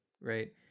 right